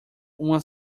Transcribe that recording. uma